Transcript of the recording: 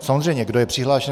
Samozřejmě, kdo je přihlášený...